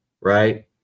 right